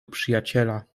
przyjaciela